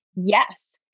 yes